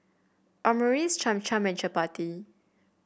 Omurice Cham Cham and Chapati